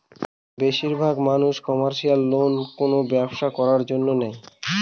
বেশির ভাগ মানুষ কমার্শিয়াল লোন কোনো ব্যবসা করার জন্য নেয়